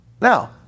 Now